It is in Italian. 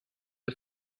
the